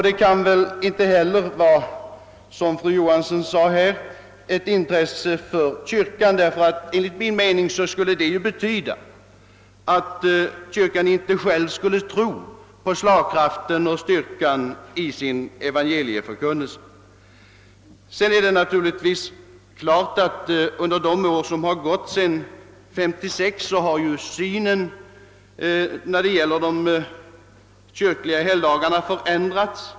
Det kan väl inte heller vara ett intresse för kyrkan, eftersom detta enligt min mening skulle betyda att kyrkan inte själv tror på slagkraften och styrkan i sin evangelieförkunnelse. Synen på de kyrkliga helgdagarna har vidare under de år som gått sedan 1956 naturligtvis förändrats.